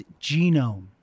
genome